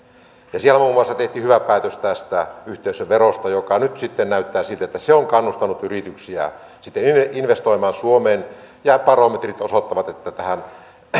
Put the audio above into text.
siellä muun muassa tehtiin hyvä päätös yhteisöverosta joka nyt sitten näyttää siltä että se on kannustanut yrityksiä sitten investoimaan suomeen ja barometrit osoittavat että tähän